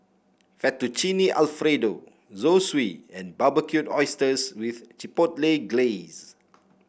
Fettuccine Alfredo Zosui and Barbecued Oysters with Chipotle Glaze